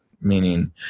Meaning